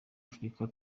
afurika